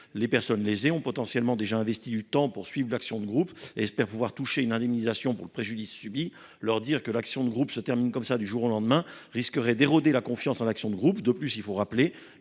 personnes ont potentiellement déjà investi du temps pour suivre l’action de groupe et espèrent pouvoir toucher une indemnisation pour le préjudice subi. Leur annoncer que l’action de groupe se termine du jour au lendemain risquerait d’éroder la confiance dans cette procédure. De plus, il faut rappeler